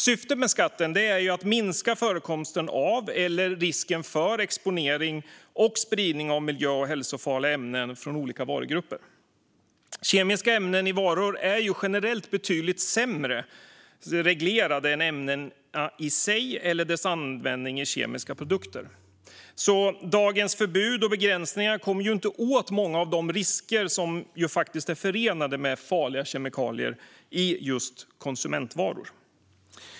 Syftet med skatten är att minska förekomsten av eller risken för exponering och spridning av miljö och hälsofarliga ämnen från olika varugrupper. Kemiska ämnen i varor är generellt betydligt sämre reglerade än ämnena i sig eller deras användning i kemiska produkter. Dagens förbud och begränsningar kommer inte åt många av de risker som faktiskt är förenade med farliga kemikalier i just konsumentvaror.